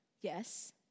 Yes